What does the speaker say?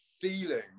feeling